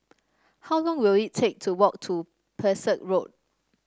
how long will it take to walk to Pesek Road